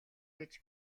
гэж